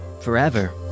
forever